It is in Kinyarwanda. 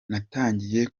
natangiye